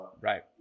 Right